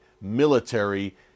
military